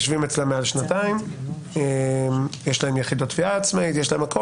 יש להם יחידת תביעה עצמאית והכל.